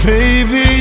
Baby